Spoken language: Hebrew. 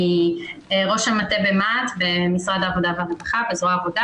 אני ראש המטה במשרד העבודה והרווחה בזרוע העבודה